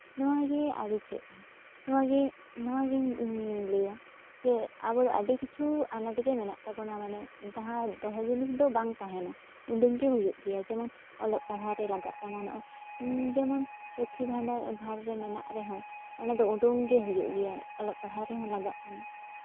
ᱱᱚᱣᱟᱜᱮ ᱟᱫᱚ ᱪᱮᱫ ᱵᱟᱝ ᱱᱚᱣᱟᱜᱮ ᱱᱚᱣᱟᱜᱮ ᱤᱧ ᱞᱟᱹᱭᱟ ᱡᱮ ᱟᱵᱚ ᱟᱹᱰᱤ ᱠᱤᱪᱷᱩ ᱱᱚᱰᱮᱜᱮ ᱢᱮᱱᱟᱜ ᱛᱟᱵᱚᱱᱟ ᱢᱟᱱᱮ ᱡᱟᱦᱟᱸ ᱫᱚᱦᱚ ᱡᱤᱱᱤᱥ ᱫᱚ ᱵᱟᱝ ᱛᱟᱦᱮᱱᱟ ᱩᱰᱩᱝ ᱜᱮ ᱦᱩᱭᱩᱜ ᱜᱮᱭᱟ ᱡᱮᱢᱚᱱ ᱚᱞᱚᱜ ᱯᱟᱲᱦᱟᱜ ᱨᱮ ᱞᱟᱜᱟᱜ ᱠᱟᱱᱟ ᱱᱚᱜᱼᱚᱭ ᱡᱮᱢᱚᱱ ᱞᱚᱠᱠᱷᱤ ᱵᱷᱟᱱᱰᱟᱨ ᱵᱷᱟᱲ ᱨᱮ ᱢᱮᱱᱟᱜ ᱨᱮᱦᱚᱸ ᱚᱱᱟᱫᱚ ᱩᱰᱩᱝ ᱜᱮ ᱦᱩᱭᱩᱜ ᱜᱮᱭᱟ ᱚᱞᱚᱜ ᱯᱟᱲᱦᱟᱣ ᱨᱮᱦᱚᱸ ᱞᱟᱜᱟᱜ ᱠᱟᱱᱟ